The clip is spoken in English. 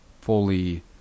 fully